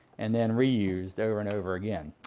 and then reused over and over again.